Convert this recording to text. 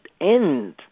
end